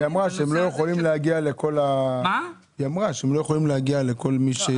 היא אמרה שהם לא יכולים להגיע לכל מי שיש לו .